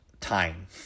time